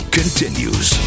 continues